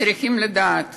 צריכים לדעת